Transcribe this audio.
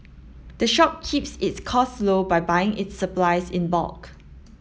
the shop keeps its costs low by buying its supplies in bulk